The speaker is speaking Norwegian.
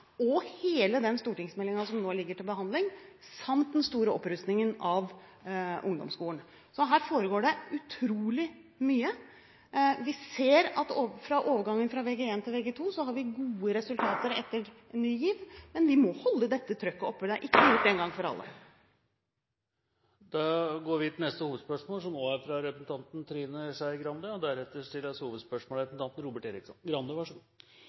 hele den stortingsmeldingen som nå ligger til behandling – samt den store opprustningen av ungdomsskolen. Så her foregår det utrolig mye. Vi ser at fra overgangen fra Vg1 til Vg2 har vi gode resulter etter Ny GIV. Men vi må holde dette trøkket oppe , for det er ikke gjort én gang for alle. Da går vi til neste hovedspørsmål. Ja, dette er